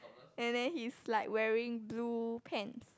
and then he's like wearing blue pants